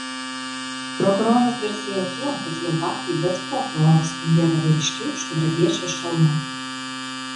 prokuroras garsėjo tuo kad jo batai bet kokiu oru spindėdavo ryškiau už gvardiečio šalmą